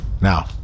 Now